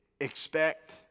expect